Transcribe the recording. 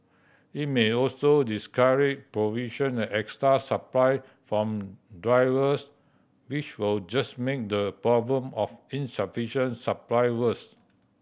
it may also discourage provision at extra supply from drivers which will just make the problem of insufficient supply worse